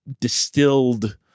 distilled